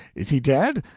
is he dead?